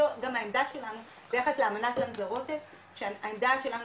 זאת גם העמדה שלנו ביחס לאמנת -- -שהעמדה שלנו